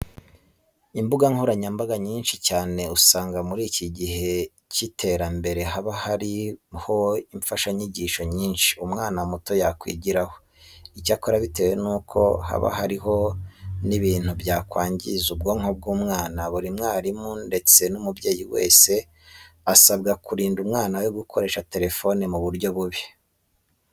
Imbuga nkoranyambaga nyinshi cyane usanga muri iki gihe cy'iterambere haba hariho imfashanyigisho nyinshi umwana muto yakwigiraho. Icyakora bitewe nuko haba hariho n'ibintu byakwangiza ubwonko bw'umwana, buri mwarimu ndetse n'umubyeyi wese asabwa kurinda umwana we gukoresha telefone mu buryo bubi.